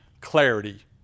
Clarity